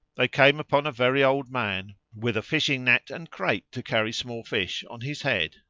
they came upon a very old man with a fishing-net and crate to carry small fish on his head,